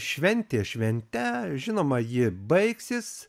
šventė švente žinoma ji baigsis